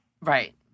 Right